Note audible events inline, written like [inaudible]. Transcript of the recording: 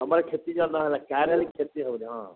ତୁମର କ୍ଷତି [unintelligible] କାହାର ହେଲେ କ୍ଷତି ହେବନି